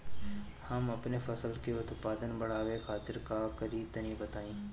हम अपने फसल के उत्पादन बड़ावे खातिर का करी टनी बताई?